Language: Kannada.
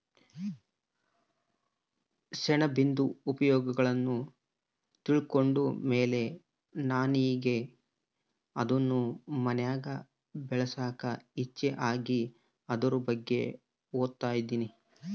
ಸೆಣಬಿಂದು ಉಪಯೋಗಗುಳ್ನ ತಿಳ್ಕಂಡ್ ಮೇಲೆ ನನಿಗೆ ಅದುನ್ ಮನ್ಯಾಗ್ ಬೆಳ್ಸಾಕ ಇಚ್ಚೆ ಆಗಿ ಅದುರ್ ಬಗ್ಗೆ ಓದ್ತದಿನಿ